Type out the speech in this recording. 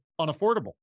unaffordable